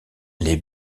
les